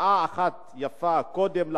יפה שעה אחת קודם,